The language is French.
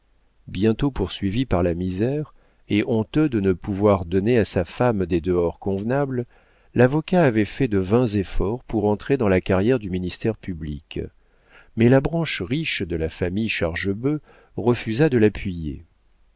bientôt poursuivi par la misère et honteux de ne pouvoir donner à sa femme des dehors convenables l'avocat avait fait de vains efforts pour entrer dans la carrière du ministère public mais la branche riche de la famille chargebœuf refusa de l'appuyer